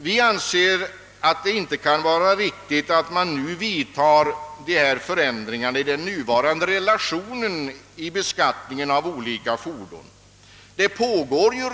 Vi anser att det inte kan vara riktigt att vidtaga dessa förändringar av den nuvarande relationen i beskattningen av olika fordon.